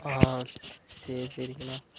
சரி சரிங்கண்ணா